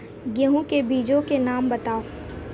गेहूँ के बीजों के नाम बताओ?